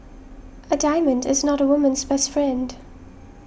a diamond is not a woman's best friend